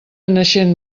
naixent